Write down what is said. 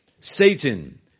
Satan